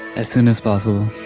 as soon as possible.